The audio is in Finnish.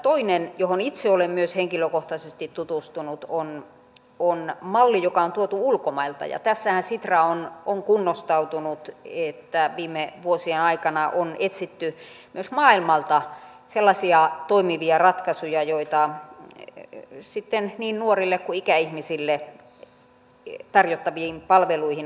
toinen johon itse olen myös henkilökohtaisesti tutustunut on malli joka on tuotu ulkomailta ja tässähän sitra on kunnostautunut että viime vuosien aikana on etsitty myös maailmalta sellaisia toimivia ratkaisuja joita sitten niin nuorille kuin ikäihmisille tarjottaviin palveluihin on tuotu